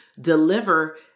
deliver